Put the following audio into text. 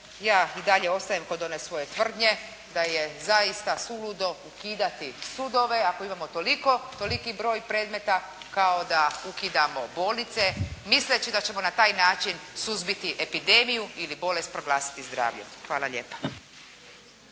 ja i dalje ostajem kod one svoje tvrdnje, da je zaista suludo ukidati sudove ako imamo toliki broj predmeta, kao da ukidamo bolnice, misleći da ćemo na taj način suzbiti epidemiju ili bolest proglasiti zdravljem. Hvala lijepa.